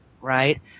right